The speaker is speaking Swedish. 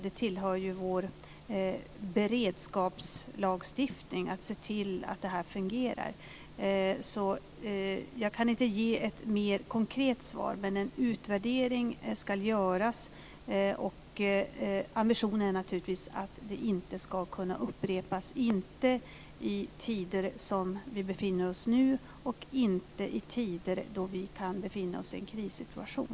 Det tillhör ju vår beredskapslagstiftning att se till att det här fungerar. Jag kan inte ge ett mer konkret svar, men en utvärdering ska göras. Ambitionen är naturligtvis att det inte ska kunna upprepas - inte i tider som vi befinner oss i nu och inte i tider då vi kan befinna oss i en krissituation.